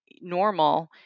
normal